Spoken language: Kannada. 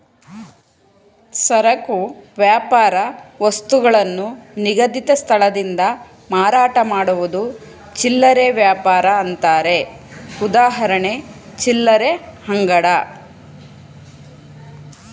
ಸರಕು ವ್ಯಾಪಾರ ವಸ್ತುಗಳನ್ನು ನಿಗದಿತ ಸ್ಥಳದಿಂದ ಮಾರಾಟ ಮಾಡುವುದು ಚಿಲ್ಲರೆ ವ್ಯಾಪಾರ ಅಂತಾರೆ ಉದಾಹರಣೆ ಚಿಲ್ಲರೆ ಅಂಗಡಿ